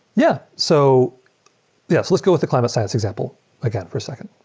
yeah so yeah. let's go with the climate science example again for second.